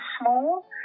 small